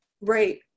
Right